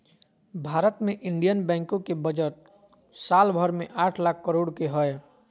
भारत मे इन्डियन बैंको के बजट साल भर मे आठ लाख करोड के हय